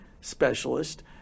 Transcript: specialist